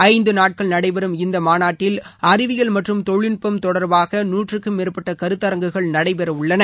ஐந்து நாட்கள் நடைபெறும் இந்த மாநாட்டில் அறிவியல் மற்றும் தொழில்நுட்பம் தொடர்பாக நூற்றுக்கும் மேற்பட்ட கருத்தரங்குகள் நடைபெறவுள்ளன